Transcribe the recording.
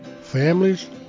Families